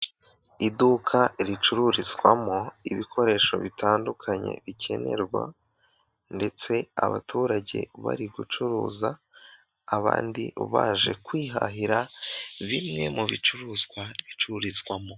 Iduka ricururizwamo ibikoresho bitandukanye bikenerwa ndetse abaturage bari gucuruza, abandi baje kwihahira, bimwe mu bicuruzwa bicururizwamo.